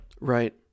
Right